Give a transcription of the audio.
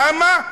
למה?